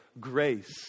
grace